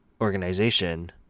organization